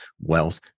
wealth